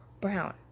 brown